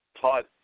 Todd